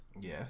Yes